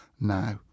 now